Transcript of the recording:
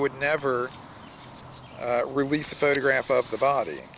would never release a photograph of the body